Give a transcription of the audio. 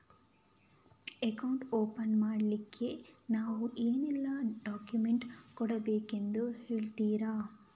Account open ಮಾಡ್ಲಿಕ್ಕೆ ನಾವು ಏನೆಲ್ಲ ಡಾಕ್ಯುಮೆಂಟ್ ಕೊಡಬೇಕೆಂದು ಹೇಳ್ತಿರಾ?